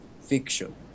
fiction